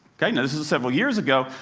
kind of this is several years ago,